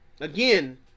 Again